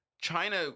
China